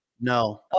No